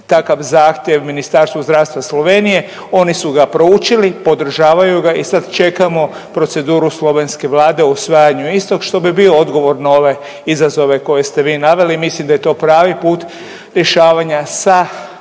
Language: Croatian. takav zahtjev Ministarstvu zdravstva Slovenije. Oni su ga proučili, podržavaju ga i sad čekamo proceduru slovenske Vlade o usvajanju istog što bi bio odgovor na ove izazove koje ste vi naveli. I mislim da je to pravi put rješavanja sa